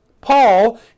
Paul